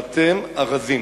ואתם ארזים,